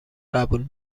قبول